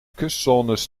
kustzones